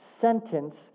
sentence